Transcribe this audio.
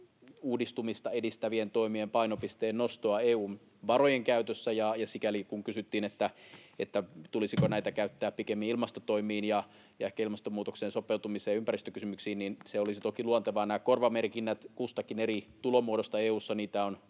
uudistumista edistävien toimien painopisteen nostoa EU:n varojen käytössä, ja sikäli kun kysyttiin, tulisiko näitä käyttää pikemminkin ilmastotoimiin ja ehkä ilmastonmuutokseen sopeutumiseen ja ympäristökysymyksiin, niin se olisi toki luontevaa. Näitä korvamerkintöjä kustakin eri tulomuodosta on